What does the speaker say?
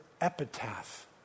epitaph